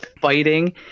fighting